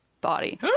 body